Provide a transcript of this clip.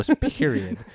period